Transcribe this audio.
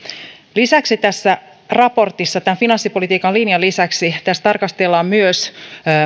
lisäksi tässä raportissa tämän finanssipolitiikan linjan lisäksi tarkastellaan myös